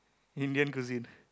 Indian cuisine